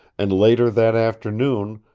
and later that afternoon,